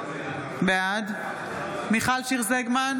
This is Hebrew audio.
בעד מיכל שיר סגמן,